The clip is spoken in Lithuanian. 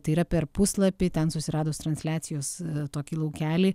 tai yra per puslapį ten susiradus transliacijos tokį laukelį